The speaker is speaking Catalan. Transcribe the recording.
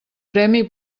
premi